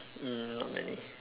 mm not many